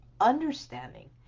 understanding